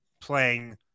playing